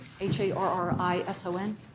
H-A-R-R-I-S-O-N